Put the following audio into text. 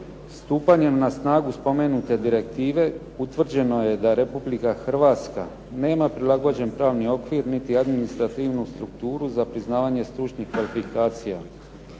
Stupanjem na snagu spomenute direktive utvrđeno je da Republika Hrvatska nema prilagođen pravni okvir niti administrativnu strukturu za priznavanje stručnih kvalifikacija.